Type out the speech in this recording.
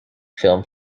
film